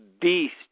beast